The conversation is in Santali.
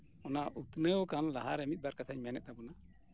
ᱚᱱᱟ ᱩᱛᱱᱟᱹᱣ ᱟᱠᱟᱱ ᱞᱟᱦᱟᱨᱮ ᱢᱤᱫᱵᱟᱨ ᱠᱟᱛᱷᱟᱧ ᱢᱮᱱ ᱮᱫ ᱛᱟᱵᱚᱱᱟ